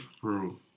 True